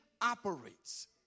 operates